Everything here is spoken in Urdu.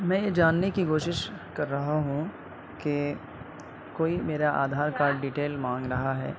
میں یہ جاننے کی کوشش کر رہا ہوں کہ کوئی میرا آدھار کارڈ ڈٹیل مانگ رہا ہے